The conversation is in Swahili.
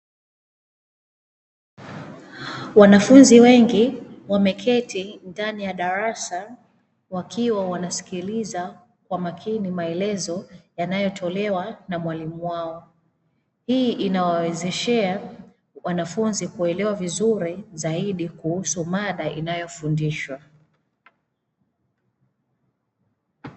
Wanafunzi wengi wameketi ndani ya darasa wakiwa wanasikiliza kwa makini maelezo yanayotolewa na mwalimu wao, hii inawawezeshea wanafunzi kuelewa vizuri zaidi kuhusu mada inayofundishwa.